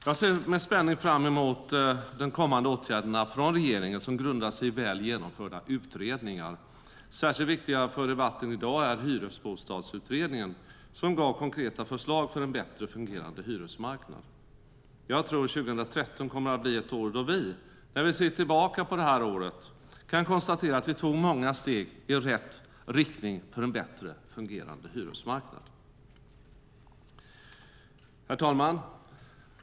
Jag ser med spänning fram mot regeringens kommande åtgärder som grundar sig i väl genomförda utredningar. Särskilt viktig för debatten i dag är Hyresbostadsutredningen som gav konkreta förslag till en bättre fungerande hyresmarknad. Jag tror att 2013 kommer att bli ett år då vi, när vi ser tillbaka på det, kan konstatera att vi tog många steg i rätt riktning för en bättre fungerande hyresmarknad. Herr talman!